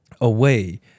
away